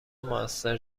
موثر